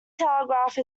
telegraph